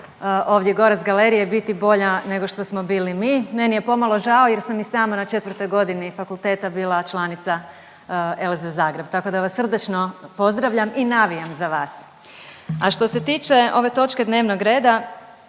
ovdje gore s galerije biti bolja nego što smo bili mi. Meni je pomalo žao jer sam i sama na 4. godini fakulteta bila članica ELSE Zagreb, tako da vas srdačno pozdravljam i navijam za vas. A što se tiče ove točke dnevnog reda